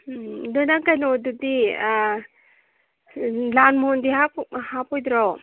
ꯎꯝ ꯑꯗꯣ ꯅꯪ ꯀꯩꯅꯣꯗꯨꯗꯤ ꯂꯥꯜ ꯃꯣꯍꯣꯟꯗꯤ ꯍꯥꯞꯄꯣꯏꯗ꯭ꯔꯣ